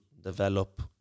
develop